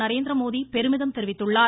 நரேந்திரமோதி பெருமிதம் தெரிவித்துள்ளார்